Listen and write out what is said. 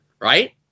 right